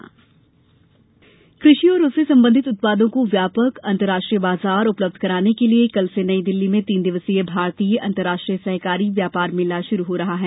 सहकारी मेला कृषि और उससे संबंधित उत्पादों को व्यापक अंतर्राष्ट्रीय बाजार उपलब्ध कराने के लिए कल से नई दिल्ली में तीन दिवसीय भारतीय अंतर्राष्ट्रीय सहकारी व्यापार मेला शुरू हो रहा है